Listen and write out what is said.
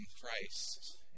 Christ